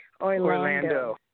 Orlando